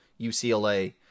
UCLA